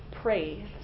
praise